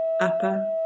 Apa